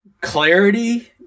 clarity